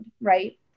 right